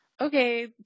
Okay